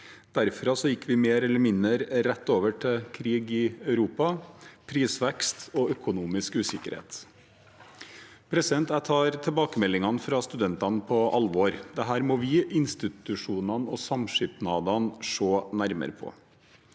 Derfra gikk vi mer eller mindre rett over til krig i Europa med prisvekst og økonomisk usikkerhet. Jeg tar tilbakemeldingene fra studentene på alvor. Dette må vi, institusjonene og samskipnadene se nærmere på.